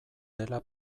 dela